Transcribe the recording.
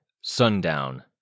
Sundown